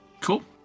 Cool